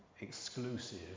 exclusive